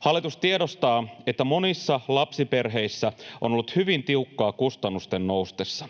Hallitus tiedostaa, että monissa lapsiperheissä on ollut hyvin tiukkaa kustannusten noustessa.